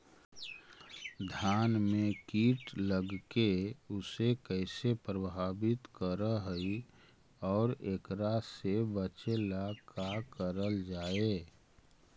धान में कीट लगके उसे कैसे प्रभावित कर हई और एकरा से बचेला का करल जाए?